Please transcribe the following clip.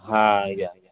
हा इहा